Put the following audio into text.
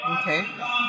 Okay